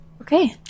Okay